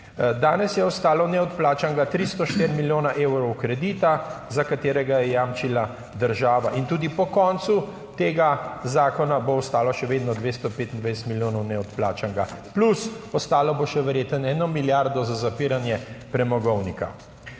Danes je ostalo neodplačanega 304 milijone evrov kredita, za katerega je jamčila država, in tudi po koncu tega zakona bo ostalo še vedno 225 milijonov neodplačanega, plus ostalo bo še verjetno eno milijardo za zapiranje premogovnika.